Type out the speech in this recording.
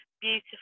beautiful